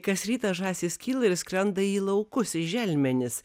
kas rytą žąsys kyla ir skrenda į laukus į želmenis